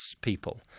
people